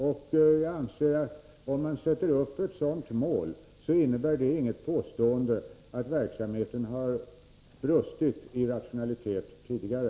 Jag anser att om man sätter upp ett sådant mål, innebär det inget påstående att verksamheten har brustit i rationalitet tidigare.